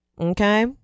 Okay